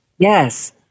Yes